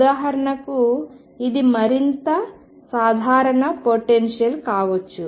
ఉదాహరణకు ఇది మరింత సాధారణ పొటెన్షియల్లు కావచ్చు